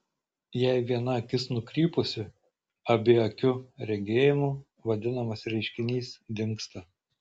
jei viena akis nukrypusi abiakiu regėjimu vadinamas reiškinys dingsta